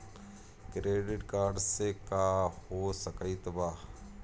Credit card से का हो सकइत बा?